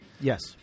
Yes